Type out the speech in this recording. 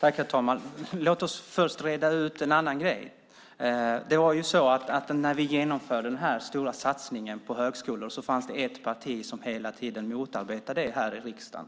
Herr talman! Låt oss först reda ut en annan grej. När vi genomförde den stora satsningen på högskolor var det ett parti som hela tiden motarbetade det här i riksdagen.